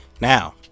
now